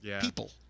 People